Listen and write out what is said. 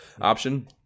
option